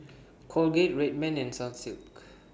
Colgate Red Man and Sunsilk